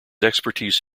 expertise